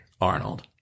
Arnold